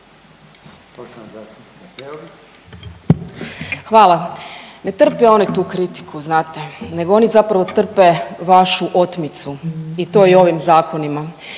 Hvala. Ne trpe one tu kritiku, znate nego oni zapravo trpe vašu otmicu i to i ovim zakonima.